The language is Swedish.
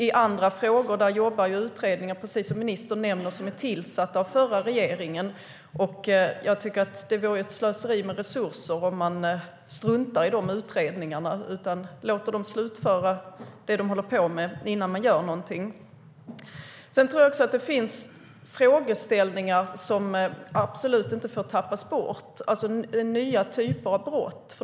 I andra frågor jobbar utredningar tillsatta av förra regeringen, som ministern nämner. Det vore slöseri med resurser att strunta i de utredningarna. Man ska låta dem slutföra det de håller på med innan man gör någonting. Det finns frågeställningar som absolut inte får tappas bort angående nya typer av brott.